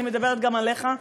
אני מדברת גם עליך,